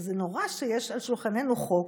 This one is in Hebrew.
זה נורא שיש על שולחננו חוק,